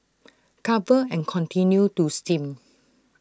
cover and continue to steam